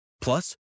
Plus